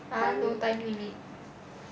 !huh! no time limit